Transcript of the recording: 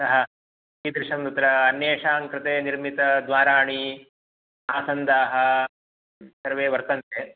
अतः कीदृशं तत्र अन्येषां कृते निर्मितानि द्वाराणि आसन्दाः सर्वे वर्तन्ते